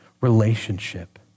relationship